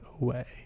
away